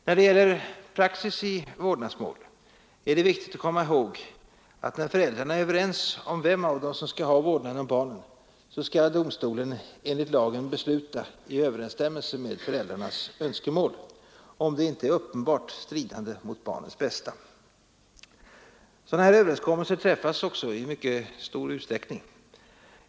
När det gäller praxis i vårdnadsmål är det viktigt att komma ihåg att när föräldrarna är överens om vem av dem som skall ha vårdnaden om barnen så skall domstolen enligt lagen besluta i överensstämmelse med föräldrarnas önskemål, såvida det inte är uppenbart stridande mot barnens bästa. Sådana överenskommelser träffas också i mycket stor utsträckning.